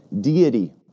deity